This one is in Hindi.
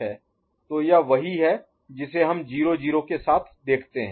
तो यह वही है जिसे हम 0 0 के साथ देखते हैं